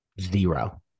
Zero